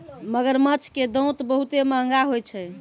मगरमच्छ के दांत बहुते महंगा होय छै